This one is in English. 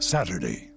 Saturday